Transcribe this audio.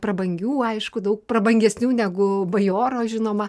prabangių aišku daug prabangesnių negu bajoro žinoma